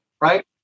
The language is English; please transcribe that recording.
right